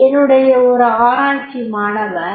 என்னுடைய ஒரு ஆராய்ச்சி மாணவர் Ph